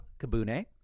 Kabune